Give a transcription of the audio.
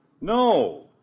No